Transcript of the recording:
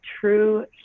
true